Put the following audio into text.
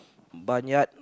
barnyard